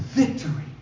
victory